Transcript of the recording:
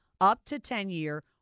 up-to-10-year